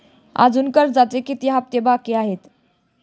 अजुन कर्जाचे किती हप्ते बाकी आहेत?